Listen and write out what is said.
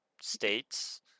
states